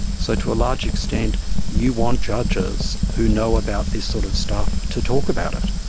so to a large extent you want judges who know about this sort of stuff to talk about it.